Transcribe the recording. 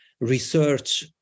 research